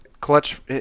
clutch